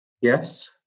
Yes